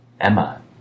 Emma